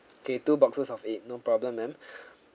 okay two boxes of eight no problem ma'am